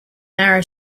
narrow